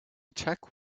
check